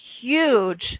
huge